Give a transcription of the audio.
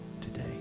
today